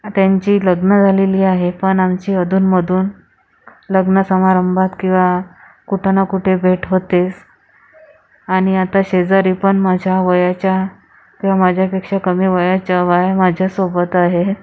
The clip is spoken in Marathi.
त्यांची लग्नं झालेली आहे पण आमची अधूनमधून लग्न समारंभात किंवा कुठं न कुठे भेट होतेच आणि आता शेजारी पण माझ्या वयाच्या किंवा माझ्यापेक्षा कमी वयाच्या बाया माझ्यासोबत आहे